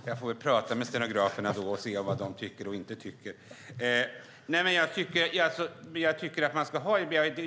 Fru talman! Jag får väl tala med stenograferna och höra vad de tycker och inte tycker. Jag